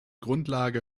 grundlage